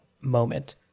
moment